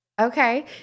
Okay